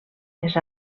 les